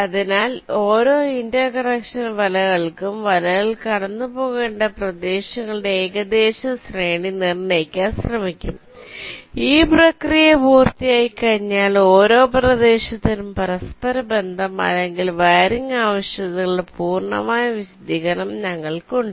അതിനാൽ ഓരോ interconnection വലകൾക്കും വലകൾ കടന്നുപോകേണ്ട പ്രദേശങ്ങളുടെ ഏകദേശ ശ്രേണി നിർണ്ണയിക്കാൻ ശ്രമിക്കും ഈ പ്രക്രിയ പൂർത്തിയായിക്കഴിഞ്ഞാൽ ഓരോ പ്രദേശത്തിനും പരസ്പരബന്ധം അല്ലെങ്കിൽ വയറിംഗ് ആവശ്യകതകളുടെ പൂർണ്ണമായ വിശദീകരണം ഞങ്ങൾക്കുണ്ട്